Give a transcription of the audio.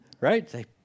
Right